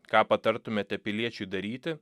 ką patartumėte piliečiui daryti